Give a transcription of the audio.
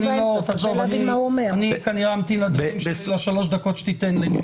אני התכוננתי לדברים בשלוש דקות שתיתן לי,